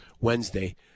Wednesday